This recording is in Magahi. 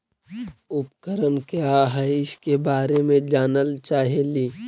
उपकरण क्या है इसके बारे मे जानल चाहेली?